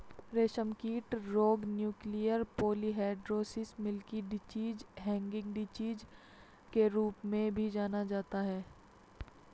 रेशमकीट रोग nuclear polyhedrosis, milky disease, hanging disease के रूप में भी जाना जाता है